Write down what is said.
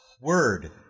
word